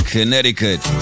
Connecticut